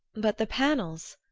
but the panels?